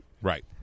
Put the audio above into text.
Right